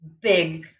big